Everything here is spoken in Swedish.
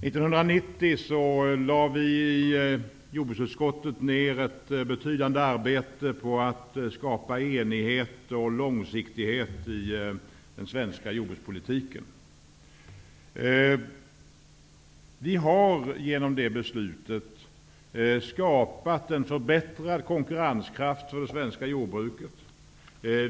1990 lade vi i jordbruksutskottet ned ett betydande arbete på att skapa enighet och långsiktighet i den svenska jordbrukspolitiken. Vi har genom det beslutet skapat en förbättrad konkurrenskraft för det svenska jordbruket.